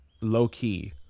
low-key